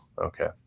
Okay